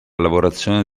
lavorazione